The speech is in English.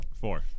Four